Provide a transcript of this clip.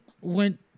went